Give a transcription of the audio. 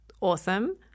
awesome